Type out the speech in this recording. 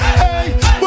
hey